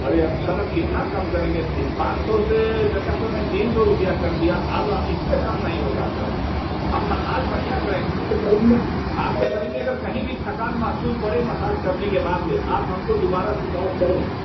अरे अब सर अब कितना कम करेंगे पाँच सौ से जगह पर मैं तीन सौ रूपया कर दिया अब इससे कम नहीं होगा सर हम मसाज बढ़िया करेंगे आपके शरीर में आपके शरीर में अगर कहीं भी थकान महसूस पड़े मसाज करने के बाद में आप हम को दोबारा शिकायत करें